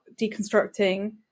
deconstructing